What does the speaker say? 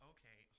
Okay